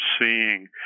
seeing